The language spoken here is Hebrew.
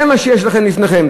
זה מה שיש לכם לפניכם.